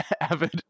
avid